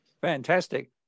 Fantastic